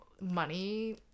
money